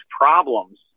problems